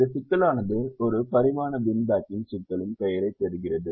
இந்த சிக்கலானது ஒரு பரிமாண பின் பேக்கிங் சிக்கலின் பெயரைப் பெறுகிறது